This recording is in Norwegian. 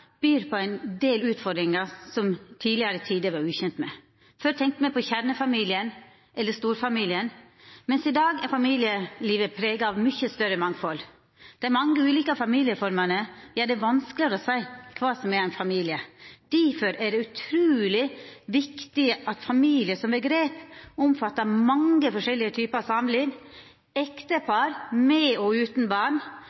byr på ein del utfordringar, som ein i tidlegare tider var ukjent med. Før tenkte me på kjernefamilien eller storfamilien, medan i dag er familielivet prega av mykje større mangfald. Dei mange ulike familieformene gjer det vanskeleg å seia kva som er ein familie. Difor er det utruleg viktig at familien som omgrep omfattar mange forskjellige typar samliv